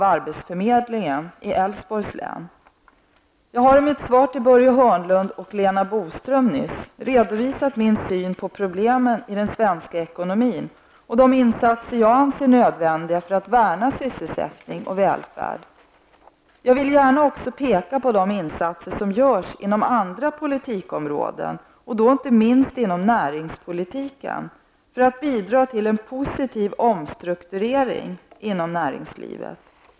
Jag har i mitt svar till Börje Hörnlund och Lena Boström nyss redovisat min syn på problemen i den svenska ekonomin och de insatser jag anser nödvändiga för att värna sysselsättning och välfärd. Jag vill gärna också peka på de insatser som görs inom andra politikområden och då inte minst inom näringspolitiken för att bidra till en positiv omstrukturering inom näringslivet.